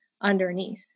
underneath